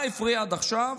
מה הפריע עד עכשיו